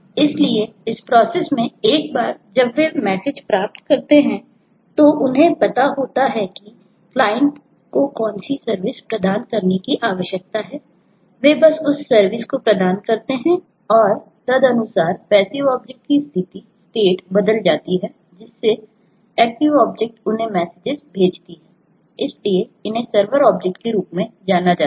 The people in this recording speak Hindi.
इसलिए इस प्रोसेस के रूप में जाना जाता है